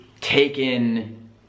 taken